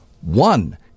one